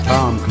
Tom